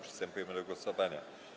Przystępujemy do głosowania.